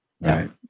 Right